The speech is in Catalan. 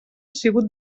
sigut